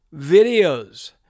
videos